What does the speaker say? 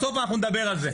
בסוף אנחנו נדבר על זה.